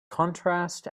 contrast